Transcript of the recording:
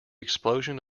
explosion